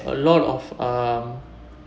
a lot of um